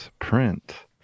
print